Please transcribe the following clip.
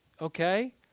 Okay